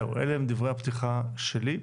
אלה הם דברי הפתיחה שלי.